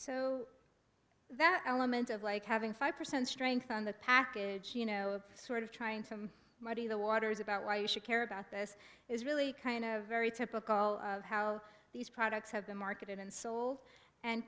so that element of like having five percent strength on the package you know sort of trying to muddy the waters about why you should care about this is really kind of very typical of how these products have been marketed and sold and